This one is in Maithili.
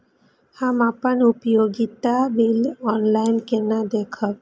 हम अपन उपयोगिता बिल ऑनलाइन केना देखब?